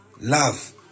love